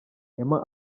emma